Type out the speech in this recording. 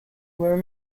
were